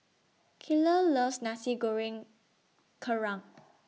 Kyler loves Nasi Goreng Kerang